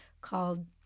called